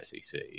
sec